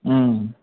ம்